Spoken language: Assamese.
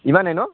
ইমানেই ন